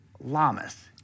Lamas